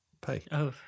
pay